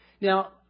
Now